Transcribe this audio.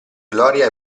gloria